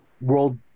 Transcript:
world